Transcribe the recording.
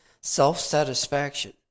self-satisfaction